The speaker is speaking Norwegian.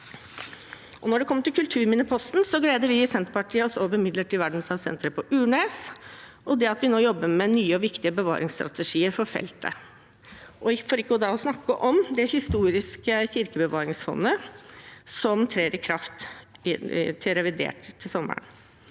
Når det gjelder kulturminneposten, gleder vi i Senterpartiet oss over midler til verdensarvsenteret for Urnes, og at vi nå jobber med nye og viktige bevaringsstrategier på feltet, for ikke å snakke om det historiske kirkebevaringsfondet, som trer i kraft i forbindelse med